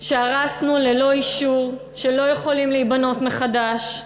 שהרסנו ללא אישור, שלא יכולים להיבנות מחדש,